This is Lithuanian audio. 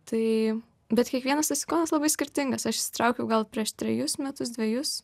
tai bet kiekvienas tas sikonas labai skirtingasaš įsitraukiau gal prieš trejus metus dvejus